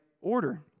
order